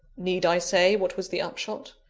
need i say what was the upshot?